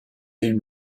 been